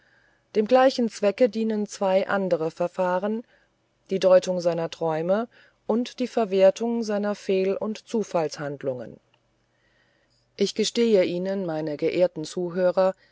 dem gleichen zwecke dienen zwei andere verfahren die deutung seiner träume und die verwertung seiner fehl und zufallshandlungen ich gestehe ihnen meine geehrten zuhörer